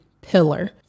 pillar